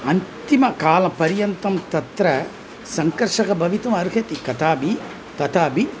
अन्तिमकालपर्यन्तं तत्र सङ्कर्षकं भवितुम् अर्हति कदापि तथापि